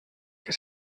que